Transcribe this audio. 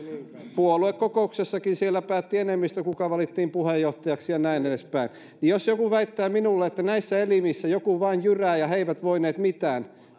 puoluekokouksessakin päätti enemmistö kuka valittiin puheenjohtajaksi ja näin edespäin jos joku väittää minulle että näissä elimissä joku vain jyrää ja he eivät voineet mitään